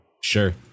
Sure